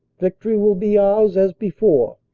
victory will be ours as before,